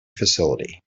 facility